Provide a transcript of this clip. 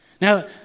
Now